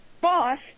boss